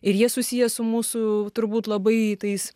ir jie susiję su mūsų turbūt labai tais